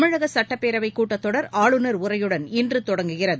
தமிழக சட்டப்பேரவைக் கூட்டத்தொடர் ஆளுநர் உரையுடன் இன்று தொடங்குகிறது